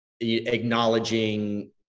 acknowledging